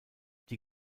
die